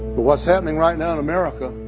but what's happening right now in america